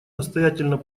настоятельно